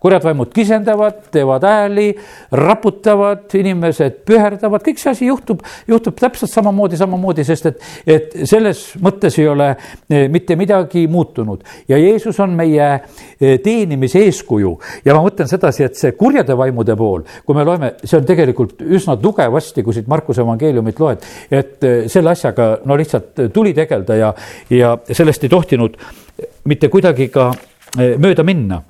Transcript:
Kurjad vaimud kisendavad, teevad ääli, raputavad inimesed, pühärdavad. Kõik see asi juhtub- juhtub täpselt samamoodi- samamoodi, sest et- et selles mõttes ei ole, eh, mitte midagi muutunud. Ja Jeesus on meie, eh, teenimise eeskuju. Ja ma mõtlen seda, et see kurjade vaimude pool, kui me loeme- see on tegelikult üsna tugev asti, kui siit Markus evangeeliumit loed, et, eh, selle asjaga no lihtsalt tuli tegelda ja- ja sellest ei tohtinud mitte kuidagi ka, eh, mööda minna.